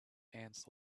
ants